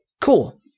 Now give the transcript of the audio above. Cool